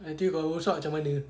nanti kalau rosak macam mana